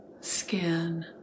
skin